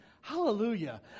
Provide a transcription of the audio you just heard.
hallelujah